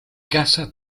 casa